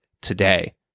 today